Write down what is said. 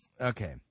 Okay